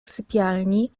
sypialni